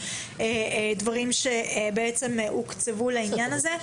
מה הוקצב לעניין הזה.